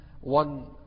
One